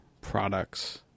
products